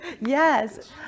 Yes